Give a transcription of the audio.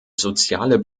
soziale